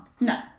No